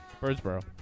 Birdsboro